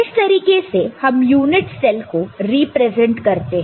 इस तरीके से हम यूनिट सेल को रिप्रेजेंट करते हैं